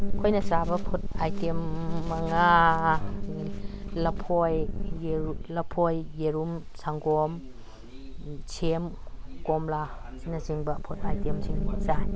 ꯑꯩꯈꯣꯏꯅ ꯆꯥꯕ food item ꯃꯉꯥ ꯂꯐꯣꯏ ꯂꯐꯣꯏ ꯌꯦꯔꯨꯝ ꯁꯪꯒꯣꯝ ꯁꯦꯝ ꯀꯣꯝꯂꯥ ꯑꯁꯤꯅ ꯆꯤꯡꯕ ꯄꯣꯠ ꯑꯥꯏꯇꯦꯝꯁꯤꯡ ꯆꯥꯏ